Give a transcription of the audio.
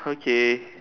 okay